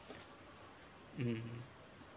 mm